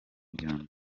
byombi